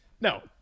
No